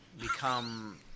become